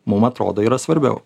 mum atrodo yra svarbiau